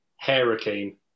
hurricane